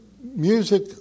music